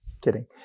Kidding